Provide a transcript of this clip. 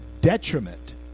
detriment